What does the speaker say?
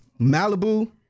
Malibu